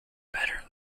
better